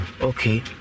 Okay